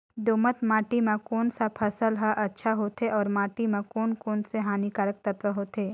दोमट माटी मां कोन सा फसल ह अच्छा होथे अउर माटी म कोन कोन स हानिकारक तत्व होथे?